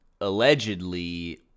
allegedly